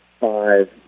five